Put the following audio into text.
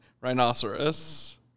Rhinoceros